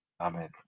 Amen